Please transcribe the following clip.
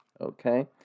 okay